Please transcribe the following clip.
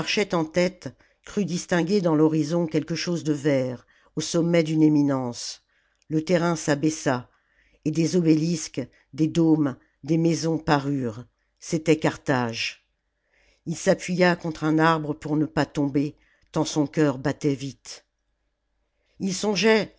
en tête crut distinguer dans l'horizon quelque chose de vert au sommet d'une éminence le terrain s'abaissa et des obélisques des dômes des maisons parurent c'était carthage ii s'appuya contre un arbre pour ne pas tomber tant son cœur battait vite ii songeait